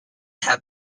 have